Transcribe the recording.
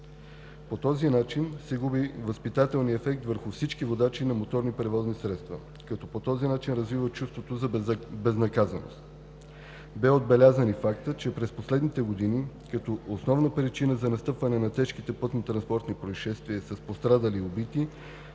По този начин се губи възпитателният ефект върху всички водачи на моторни превозни средства, като по този начин развиват чувство за безнаказаност. Бе отбелязан и фактът, че през последните години като основна причина за настъпване на тежки пътно-транспортни произшествия с пострадали и убити,